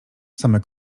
same